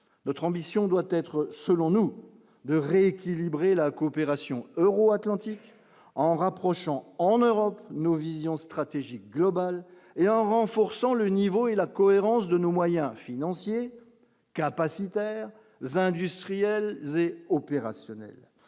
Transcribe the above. notre ambition doit être selon nous de rééquilibrer la coopération euro-Atlantique en rapprochant en Europe nous vision stratégique globale et en renforçant le niveau et la cohérence de nos moyens financiers capacitaire et opérationnel,